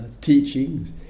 teachings